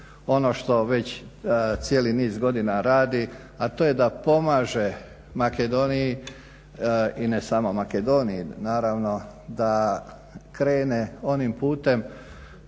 ono što već cijeli niz godina radi, a to je da pomaže Makedoniji i ne samo Makedoniji naravno da krene onim putem